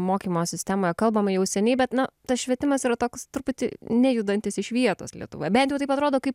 mokymo sistemą kalbama jau seniai bet na tas švietimas yra toks truputį nejudantis iš vietos lietuvoje bent jau taip atrodo kai